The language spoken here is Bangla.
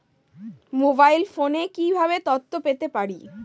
মোবাইল ফোনে কিভাবে তথ্য পেতে পারি?